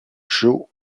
joe